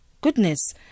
Goodness